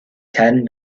ten